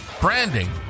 branding